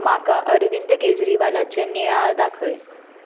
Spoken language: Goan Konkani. म्हाका अरविंद केजरीवालाचे नियाळ दाखय